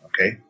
okay